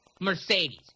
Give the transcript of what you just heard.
Mercedes